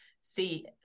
see